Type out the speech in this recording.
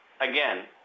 Again